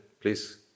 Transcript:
please